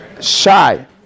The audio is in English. Shy